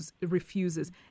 refuses